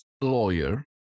lawyer